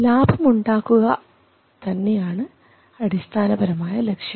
ലാഭം ഉണ്ടാക്കുക തന്നെയാണ് അടിസ്ഥാനപരമായ ലക്ഷ്യം